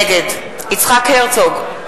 נגד יצחק הרצוג,